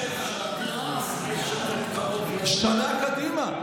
שנה קדימה.